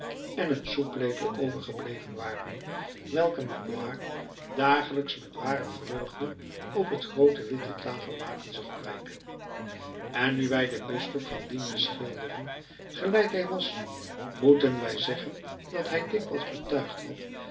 en een soeplepel overgebleven waren welke magloire dagelijks met ware vreugde op het groote witte tafellaken zag prijken en nu wij den bisschop van digne schilderen gelijk hij was moeten wij zeggen dat hij dikwijls betuigd had